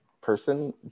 person